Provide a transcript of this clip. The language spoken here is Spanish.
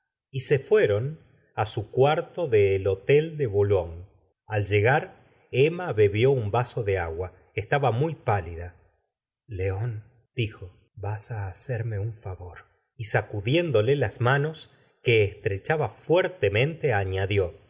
y se fueron á su cuarto del llotel de bo nlogne al llegar emma bebió un vaso de agua estaba muy pálida león dijo vas á hacerme un favor y sacudiéndole las manos que estrechaba fuerte mente añadió